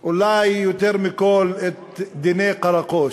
אולי יותר מכול, את דיני קראקוש.